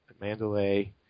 Mandalay